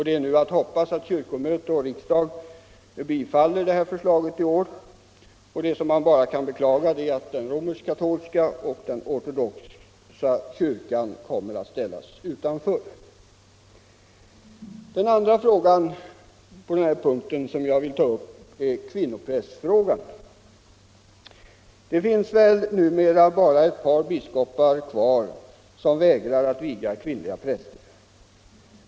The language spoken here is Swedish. Det är nu att hoppas att kyrkomöte och riksdag bifaller utredningens förslag i år. Jag beklagar bara att den romersk-katolska och ortodoxa kyrkan kommer att ställas utanför. Den andra frågan på den här punkten som jag vill ta upp är den s.k. kvinnoprästfrågan. Det finns väl numera bara ett par biskopar kvar som vägrar att viga kvinnliga präster.